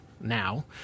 now